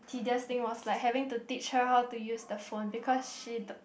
tedious thing was like having to teach her how to use the phone because she don't